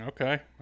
Okay